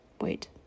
Wait